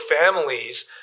families